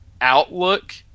Outlook